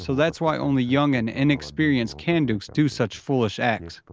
so that's why only young and inexperienced kanduks do such foolish acts.